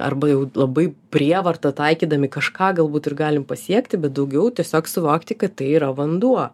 arba jau labai prievarta taikydami kažką galbūt ir galim pasiekti bet daugiau tiesiog suvokti kad tai yra vanduo